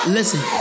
Listen